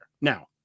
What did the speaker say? Now